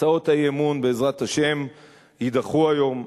הצעות האי-אמון בעזרת השם יידחו היום.